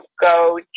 go